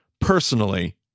personally